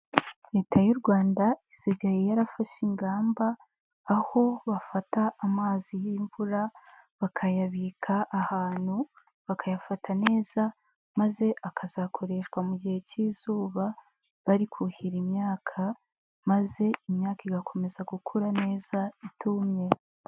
Leta y'u Rwanda isigaye yarafashe ingamba aho bafata amazi y'imvura bakayabika ahantu bakayafata neza maze akazakoreshwa mu gihe cy'izuba bari kuhira imyaka maze imyaka igakomeza gukura neza itumye.